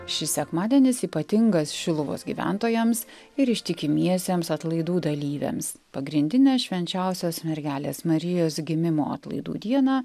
šis sekmadienis ypatingas šiluvos gyventojams ir ištikimiesiems atlaidų dalyviams pagrindinę švenčiausios mergelės marijos gimimo atlaidų dieną